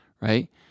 right